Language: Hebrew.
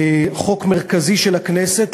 חוק מרכזי של הכנסת,